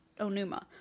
Onuma